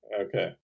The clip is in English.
Okay